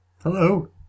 Hello